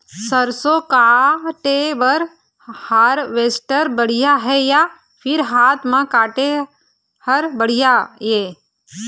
सरसों काटे बर हारवेस्टर बढ़िया हे या फिर हाथ म काटे हर बढ़िया ये?